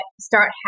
start